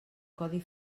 codi